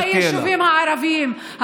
בתוך היישובים הערביים.